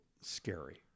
scary